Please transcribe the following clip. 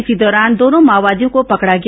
इसी दौरान दोनों माओवादियों को पकड़ा गया